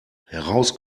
heraus